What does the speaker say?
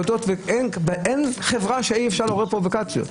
אין חברה שאי אפשר לעורר בה פרובוקציות,